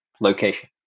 location